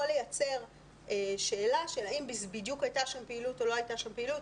לייצר שאלה האם בדיוק הייתה שם פעילות או לא הייתה שם פעילות,